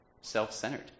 self-centered